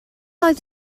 oedd